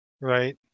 Right